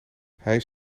heeft